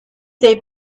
they